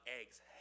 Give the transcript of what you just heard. eggs